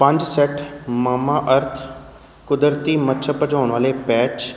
ਪੰਜ set Mamaearth ਕੁਦਰਤੀ ਮੱਛਰ ਭਜਾਉਣ ਵਾਲੇ ਪੈਚ